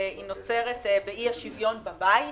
נוצרת באי השוויון בבית,